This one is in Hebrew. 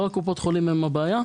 לא קופות החולים הבעיה,